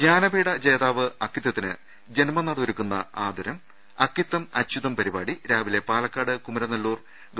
ജ്ഞാനപീഠ ജേതാവ് അക്കിത്തതിന് ജന്മനാട് ഒരുക്കുന്ന ആദരം അക്കിത്തം അച്യുതം പരിപാടി രാവിലെ പാലക്കാട് കുമരനെല്ലൂർ ഗവ